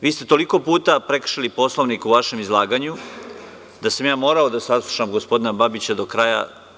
Vi ste toliko puta prekršili Poslovnik u vašem izlaganju da sam morao da saslušam gospodina Babića do kraja.